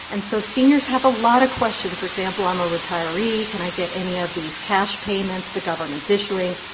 and so seniors have a lot of questions. for example, i'm a retiree can i get any of these cash payments the government's issuing?